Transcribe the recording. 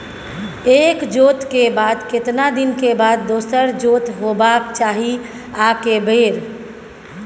एक जोत के बाद केतना दिन के बाद दोसर जोत होबाक चाही आ के बेर?